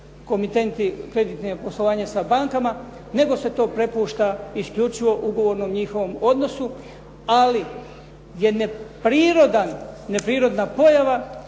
komitenti, kreditno poslovanje sa bankama nego se to prepušta isključivo ugovornom njihovom odnosu. Ali je neprirodna pojava